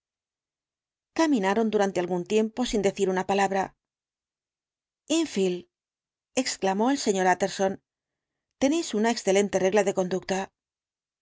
caminaron durante algún tiempo sin decir una palabra enfield exclamó el sr xjtterson tenéis una excelente regla de conducta